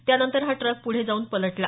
त्यानंतर हा ट्रक पुढे जाऊन पलटला